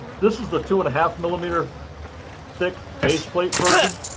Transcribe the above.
this is the two and a half millimeter thick base plate version